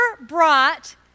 brought